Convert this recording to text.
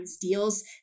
deals